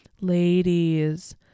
Ladies